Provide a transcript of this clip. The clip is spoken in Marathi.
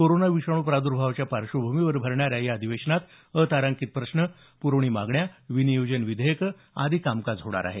कोरोना विषाणू प्राद्र्भावाच्या पार्श्वभूमीवर भरणाऱ्या या अधिवेशनात अतारांकित प्रश्न पुरवणी मागण्या विनियोजन विधेयकं आदी कामकाज होणार आहे